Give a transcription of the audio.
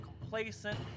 complacent